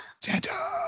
Santa